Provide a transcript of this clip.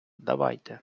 давайте